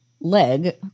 leg